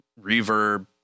reverb